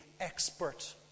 expert